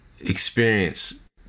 experience